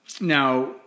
Now